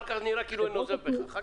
תודה.